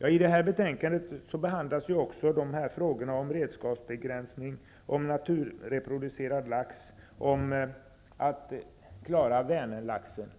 I det här betänkandet behandlas också frågorna om redskapsbegränsning, om naturreproducerad lax och om hur vi skall klara Vänerlaxen.